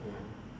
mmhmm